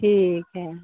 ठीक है